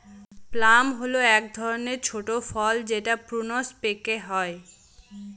plum হল এক ধরনের ছোট ফল যেটা প্রুনস পেকে হয়